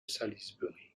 salisbury